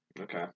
okay